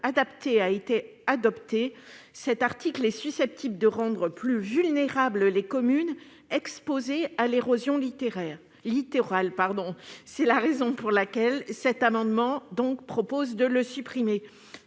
adapté a été adopté, cet article est susceptible de rendre plus vulnérables les communes exposées à l'érosion littorale. C'est la raison pour laquelle cet amendement vise à supprimer